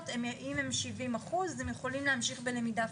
אם הם 70% הם יכולים להמשיך בלמידה פרונטלית.